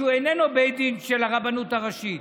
שהוא איננו בית דין של הרבנות הראשית,